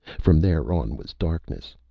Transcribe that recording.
from there on was darkness.